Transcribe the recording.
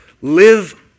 Live